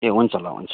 ए हुन्छ ल हुन्छ